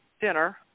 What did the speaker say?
dinner